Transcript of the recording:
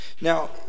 Now